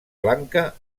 blanca